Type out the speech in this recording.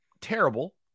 terrible